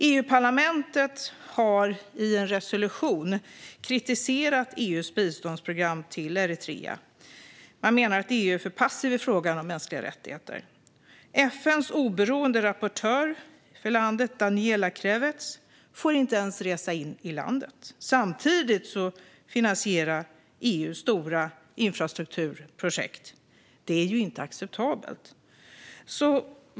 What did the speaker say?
EU-parlamentet har i en resolution kritiserat EU:s biståndsprogram till Eritrea. Man menar att EU är för passivt i fråga om mänskliga rättigheter. FN:s oberoende rapportör för Eritrea, Daniela Kravetz, får inte ens resa in i landet. Samtidigt finansierar EU stora infrastrukturprojekt. Det är ju inte acceptabelt.